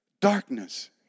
Darkness